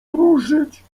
ruszyć